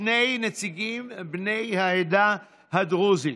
שני נציגים בני העדה הדרוזית.